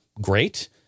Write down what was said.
great